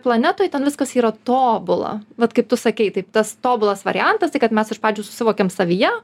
planetoj ten viskas yra tobula vat kaip tu sakei taip tas tobulas variantas tia kad mes iš pradžių susivokiam savyje